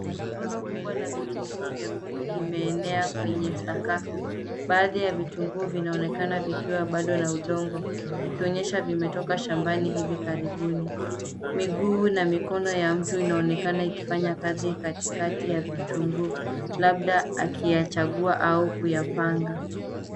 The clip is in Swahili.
Rundo kubwa la vitunguu vyekundu limeenea kwenye sakafu. Baadhi ya vitunguu vinaonekana vikiwa bado na udongo ikionyesha vimetoka shambani hivi karibuni. Miguu na mikono ya mtu inaonekana ikifanya kazi katikati ya vitunguu labda akiyachagua au kuyapanga.